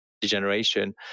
degeneration